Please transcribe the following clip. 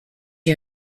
you